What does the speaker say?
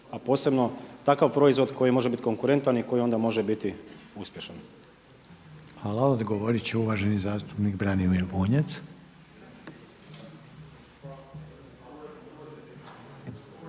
a posebno takav proizvod koji može biti konkurentan i koji onda može biti uspješan. **Reiner, Željko (HDZ)** Hvala. Odgovorit će uvaženi zastupnik Branimir Bunjac.